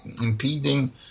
impeding